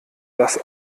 das